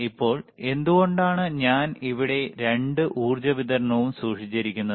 ഇപ്പോൾ എന്തുകൊണ്ടാണ് ഞാൻ ഇവിടെ രണ്ട് ഊർജ്ജ വിതരണവും സൂക്ഷിച്ചിരിക്കുന്നത്